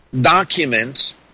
documents